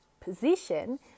position